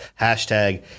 hashtag